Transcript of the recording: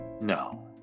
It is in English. No